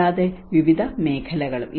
കൂടാതെ വിവിധ മേഖലകളും